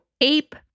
ape